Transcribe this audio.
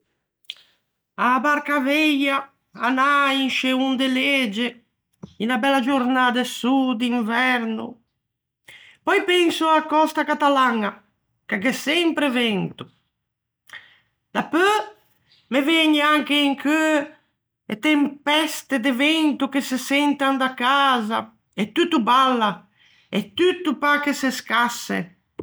A-a barca à veia, anâ in scê onde legie, unna bella giornâ de sô d'inverno. Pöi penso a-a còsta catalaña, che gh'é sempre vento. Dapeu me vëgne anche in cheu e tempeste de vento che se sentan da casa e tutto balla e tutto pâ che o se scasse.